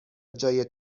جای